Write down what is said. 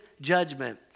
judgment